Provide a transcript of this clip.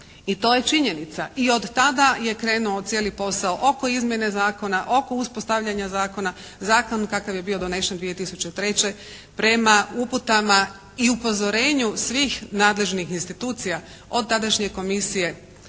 I to je činjenica. I od tada je krenuo cijeli posao oko izmjene zakona, oko uspostavljanja zakona. Zakon kakav je bio donesen 2003. prema uputama i upozorenju svih nadležnih institucija od tadašnje komisije